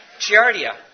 Giardia